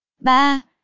ba